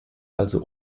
also